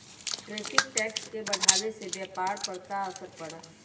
tariff tax के बढ़ावे से व्यापार पर का असर पड़ा हई